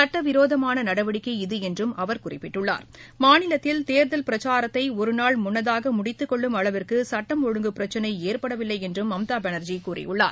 சட்டவிரோதமான நடவடிக்கை இது என்றும் அவர் குறிப்பிட்டுள்ளார் மாநிலத்தில் தேர்தல் பிரச்சாரத்தை ஒரு நாள் முன்னதாக முடித்துக் கொள்ளும் அளவிற்கு சுட்டம் ஒழுங்கு பிரச்சினை ஏற்படவில்லை என்றும் மம்தா பானா்ஜி கூறியுள்ளார்